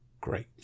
great